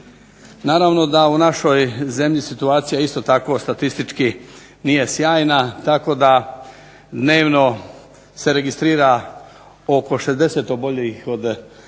Naravno da u našoj zemlji situacija je isto tako statistički nije sjajna, tako da dnevno se registrira oko 60 oboljelih od raka,